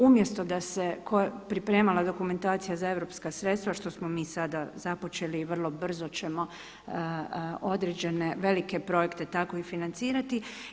Umjesto da se pripremala dokumentacija za europske sredstva što smo mi sada započeli i vrlo brzo ćemo određene velike projekt tako i financirati.